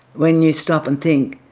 when you stop and think,